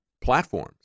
platforms